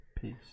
peace